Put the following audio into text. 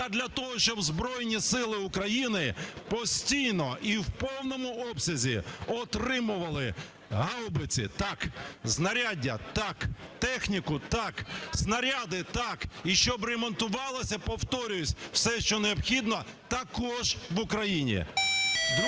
Та для того, щоб Збройні Сили України постійно і у повному обсязі отримували гаубиці – так, знаряддя – так, техніку – так, снаряди – так, і щоб ремонтувалося, повторюся, все, що необхідно, також в Україні.